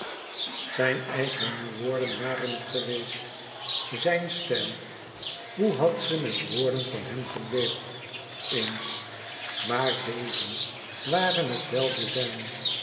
zijn eigene woorden waren het geweest zijn stijl hoe had ze met woorden van hem gedweept eens maar deze waren het wel de zijne